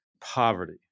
poverty